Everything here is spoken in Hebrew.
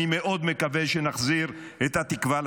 אני מאוד מקווה שנחזיר את התקווה לצפון.